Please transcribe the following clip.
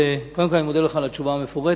קודם כול אני מודה לך על התשובה המפורטת,